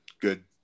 good